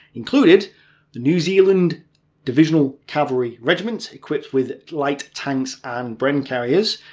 included the new zealand divisional cavalry regiment, equipped with light tanks and bren carriers.